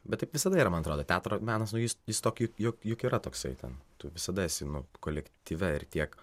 bet taip visada yra man atrodo teatro menas o jis jis tokį jog juk yra toksai ten tu visada esi nu kolektyve ir tiek